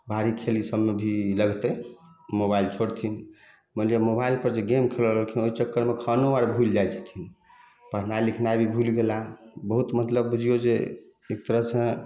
बाहरी खेल ईसबमे भी लगतै मोबाइल छोड़थिन मानि लिअ मोबाइल पर जे गेम खेलऽ लगलखिन ओहि चक्करमे खानो आर भूलि जाइ छथिन पढ़नाइ लिखनाइ भी भूलि गेलाह बहुत मतलब बुझियौ जे एक तरह से